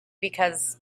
because